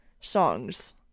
songs